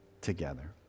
together